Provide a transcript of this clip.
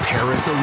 Paris